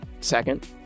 Second